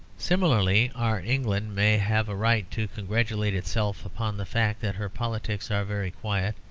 similarly our england may have a right to congratulate itself upon the fact that her politics are very quiet,